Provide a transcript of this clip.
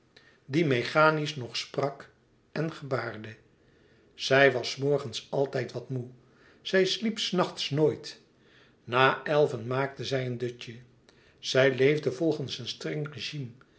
die mechanisch nog sprak en gebaarde zij was s morgens altijd wat moê zij sliep s nachts nooit na elven maakte zij een dutje zij leefde volgens een streng regime